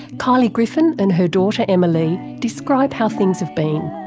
kylie griffin and her daughter emma leigh describe how things have been.